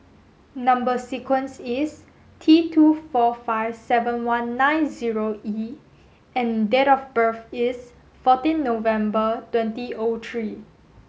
number sequence is T two four five seven one nine zero E and date of birth is fourteenth November twenty O three